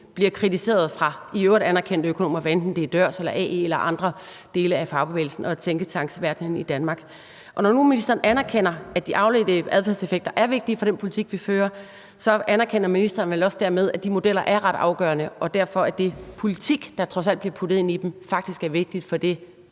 bliver kritiseret fra i øvrigt anerkendte økonomer, hvad enten det er DØRS, AE eller andre dele af fagbevægelsen og tænketankverdenen i Danmark. Når nu ministeren anerkender, at de afledte adfærdseffekter er vigtige for den politik, vi fører, så anerkender ministeren vel dermed også, at de modeller er ret afgørende, og at derfor er den politik, der trods alt bliver puttet ind i dem, faktisk vigtig for det,